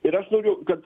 ir aš noriu kad